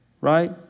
Right